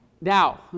Now